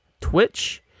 Twitch